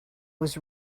was